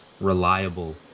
reliable